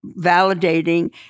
validating